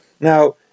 Now